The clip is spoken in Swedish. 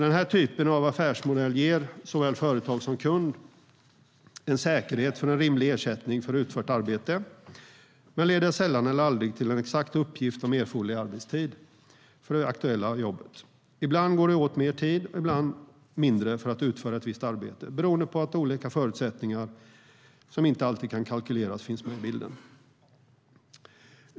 Den här typen av affärsmodell ger såväl företag som kund en säkerhet för en rimlig ersättning för utfört arbete men leder sällan eller aldrig till en exakt uppgift om erforderlig arbetstid för det aktuella jobbet. Ibland går det åt mer tid och ibland mindre för att utföra ett visst arbete, beroende på olika förutsättningar som inte alltid kan kalkyleras.